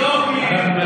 האתיופים,